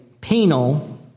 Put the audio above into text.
penal